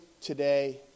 today